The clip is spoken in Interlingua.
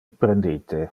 prendite